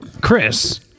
Chris